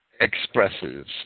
expresses